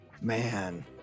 Man